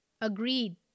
agreed